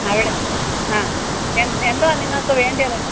അവിടെ ആ എ എന്തുവാ നിങ്ങൾക്ക് വേണ്ടത്